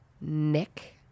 Nick